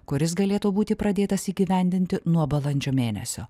kuris galėtų būti pradėtas įgyvendinti nuo balandžio mėnesio